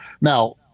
Now